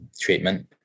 treatment